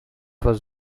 was